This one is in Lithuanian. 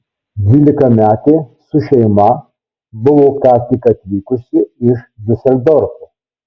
dvylikametė su šeima buvo ką tik atvykusi iš diuseldorfo